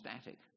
static